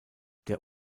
der